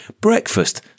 breakfast